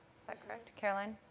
that correct? caroline?